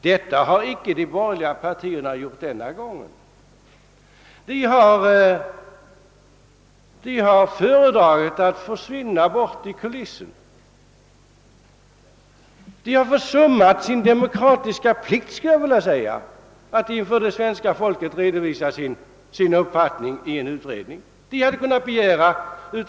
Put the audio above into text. Detta har inte de borgerliga partierna gjort i detta fall utan har i stället föredragit att försvinna ut genom kulisserna — ja, jag vill säga att de har försummat sin demokratiska plikt att inför svenska folket redovisa sin uppfattning i utredningen.